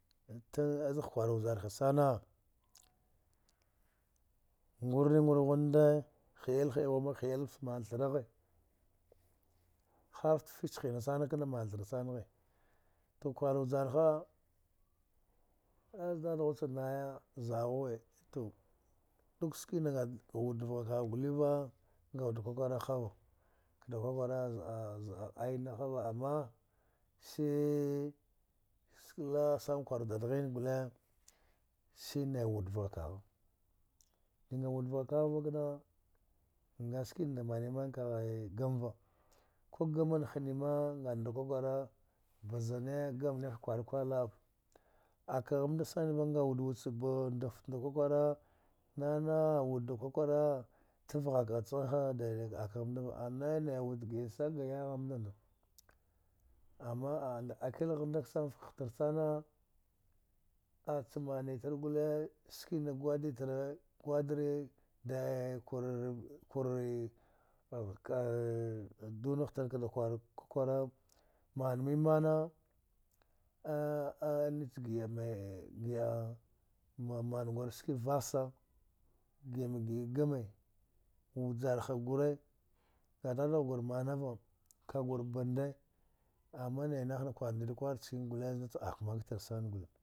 Tana azagh kwar vjarha sana ngur ni gura ghu nde ni gura ghu nde hi’il hi’a ghwa hi’il fta manthara ghe harffta fich hina sanak na manthara sana ghe tuk war vjarha az dad ghu cha naya zaɗaghuwe tu duk skina nga da wud vgha kagh guliva ngawud da kwakwara hava uma se ska la’a sana kwarud dadghin gule sinai wuɗ vgha kagha ding a wud vgha kagh vakna nga skina da mani man kaghe gam va ku gaman hni maa ngana da kwa kwara bzane gamne ha kwari kwar la’a va akagh mnda sanama nga wud-wud cha ba ndaft kw-kwala nana awud da kwakwara tav ghak gha chaghe ha daidai da akagh mndava nai wud gi’a sana ga yayagh nda luwa ama akil ghamnda a chamani tar gules kina gwadi tare gwadri dunati tar kada kwar kwa kwara man mimana maman ski vassa gi’a ma gi’a ma gi’a game wujarha gure nga dadagh gur manava kagur bande uma nai natina kwar ndri kwar chkane gure nga dadagh gur mamnava kagur bande uma nai natina kwar ndri kwar chkane gule znda cha ak maktar sani gule